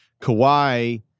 Kawhi